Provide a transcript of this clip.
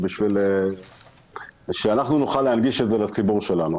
כדי שאנחנו נוכל להנגיש את זה לציבור שלנו.